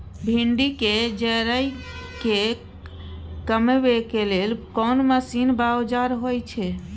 भिंडी के जईर के कमबै के लेल कोन मसीन व औजार होय छै?